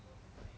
err